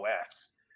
OS